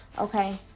okay